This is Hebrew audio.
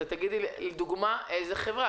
תגידי לדוגמה איזו חברה,